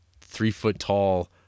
three-foot-tall